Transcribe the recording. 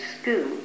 School